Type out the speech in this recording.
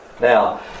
Now